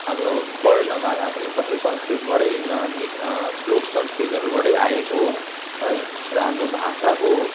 हाम्रो वर्णमाला पनि सबै संस्कृतबाटै न निक श्लोक संस्कृतहरूबाटै आएको हो है र हाम्रो भाषाको